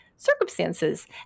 circumstances